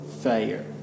failure